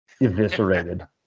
eviscerated